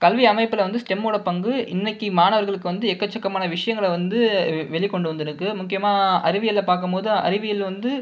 கல்வி அமைப்பில் வந்து ஸ்டெம்மோட பங்கு இன்றைக்கு மாணவர்களுக்கு வந்து எக்கச்சக்கமான விஷயங்களை வந்து வெளி கொண்டு வந்து இருக்கு முக்கியமாக அறிவியல்லாம் பார்க்கும்போது அறிவியல் வந்து